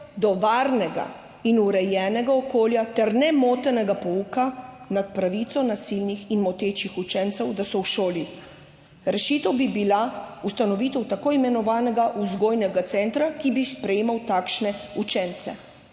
do varnega in urejenega okolja ter nemotenega pouka nad pravico nasilnih in motečih učencev, da so v šoli. Rešitev bi bila ustanovitev tako imenovanega vzgojnega centra, ki bi sprejemal takšne učence.«